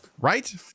Right